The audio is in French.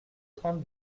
trente